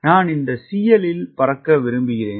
நான் இந்த CL இல் பறக்க விரும்புகிறேன்